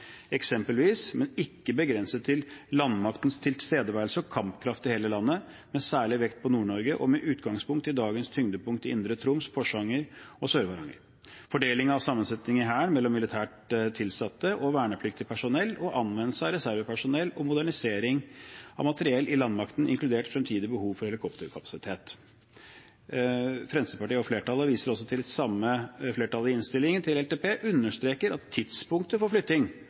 eksempelvis, men ikke begrenset til: landmaktens tilstedeværelse og kampkraft i hele landet, med særlig vekt på Nord-Norge og med utgangspunkt i dagens tyngdepunkt i Indre Troms, Porsanger og Sør-Varanger, fordeling og sammensetning i Hæren mellom militært tilsatte og vernepliktig personell, og anvendelse av reservepersonell, og modernisering av materiell i landmakten inkludert framtidig behov for helikopterkapasitet.» Fremskrittspartiet og flertallet viser også til at det samme flertallet i innstillingen til langtidsplanen «understreker at tidspunktet for flytting